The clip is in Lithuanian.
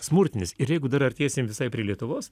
smurtinis ir jeigu dar artėsim visai prie lietuvos